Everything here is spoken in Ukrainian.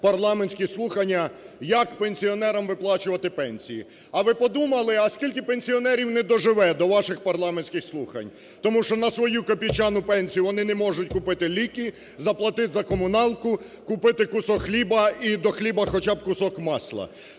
парламентські слухання, як пенсіонерам виплачувати пенсії. А ви подумали, а скільки пенсіонерів не доживе до ваших парламентських слухань? Тому що на свою копійчану пенсію вони не можуть купити ліки, заплатити за комуналку, купити кусок хліба і до хліба хоча б кусок масла.